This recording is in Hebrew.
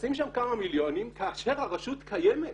לשים שם כמה מיליונים כאשר הרשות קיימת,